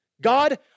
God